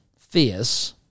Theus